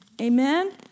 Amen